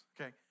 okay